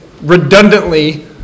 redundantly